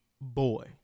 Boy